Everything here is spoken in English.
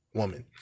woman